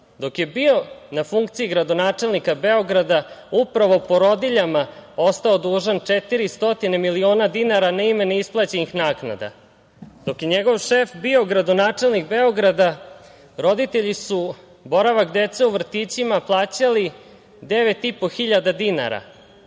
dok je bio na funkciji gradonačelnika Beograda, upravo porodiljama ostao dužan 400 miliona dinara na ime neisplaćenih naknada. Dok je njegov šef bio gradonačelnik Beograda roditelji su boravak dece u vrtićima plaćali 9.500 dinara.